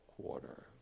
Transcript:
quarter